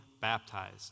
baptized